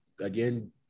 again